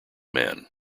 man